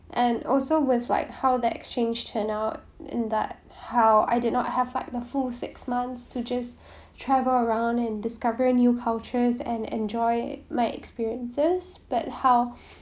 and also with like how that exchange turned out in that how I did not have like the full six months to just travel around and discover new cultures and enjoy my experiences but how